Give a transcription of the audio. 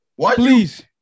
Please